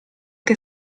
che